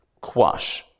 Quash